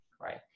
right